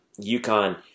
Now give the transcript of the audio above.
UConn